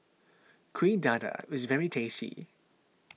Kuih Dadar is very tasty